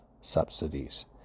subsidies